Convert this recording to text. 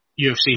UFC